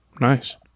nice